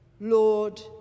Lord